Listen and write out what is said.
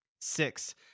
Six